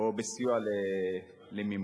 או בסיוע למימון.